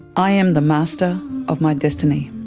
i am the master of my destiny,